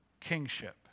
kingship